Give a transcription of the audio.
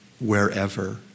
wherever